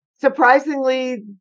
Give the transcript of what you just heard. surprisingly